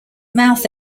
mouth